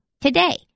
today